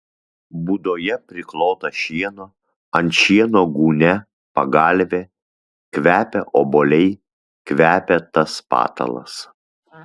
būdoje priklota šieno ant šieno gūnia pagalvė kvepia obuoliai kvepia tas patalas